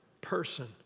person